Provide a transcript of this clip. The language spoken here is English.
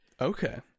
Okay